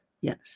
Yes